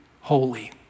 Holy